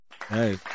Hey